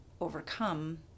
overcome